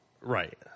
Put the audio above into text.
right